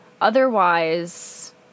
Otherwise